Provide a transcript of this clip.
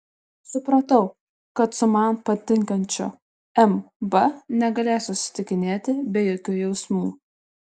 supratau kad su man patinkančiu m b negalėsiu susitikinėti be jokių jausmų